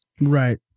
Right